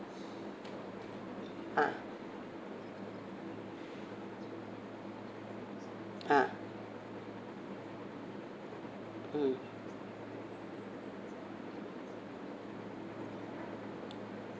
ah ah mm